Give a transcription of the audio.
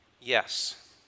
Yes